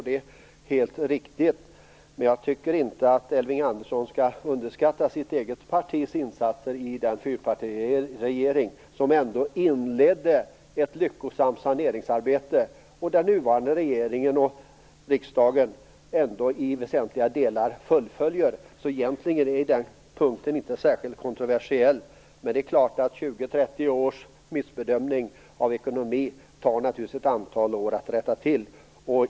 Det är helt riktigt. Men jag tycker att Elving Andersson inte skall underskatta sitt eget partis insatser i den fyrpartiregering som ändå inledde ett lyckosamt saneringsarbete, som den nuvarande regeringen och riksdagen till väsentliga delar trots allt fullföljer. Egentligen är den punkten alltså inte särskilt kontroversiell. Men det är klart att det efter 20 eller 30 års missbedömning av ekonomin tar ett antal år att rätta till det hela.